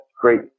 great